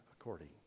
according